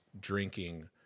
drinking